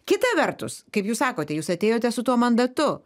kita vertus kaip jūs sakote jūs atėjote su tuo mandatu